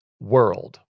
world